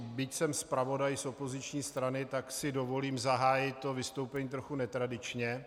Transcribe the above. Byť jsem zpravodaj z opoziční strany, dovolím si zahájit to vystoupení trochu netradičně.